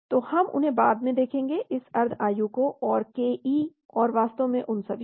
तो हम उन्हें बाद में देखेंगे इस अर्द्ध आयु को और ke और वास्तव में उस सभी को